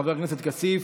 חבר הכנסת כסיף,